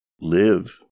live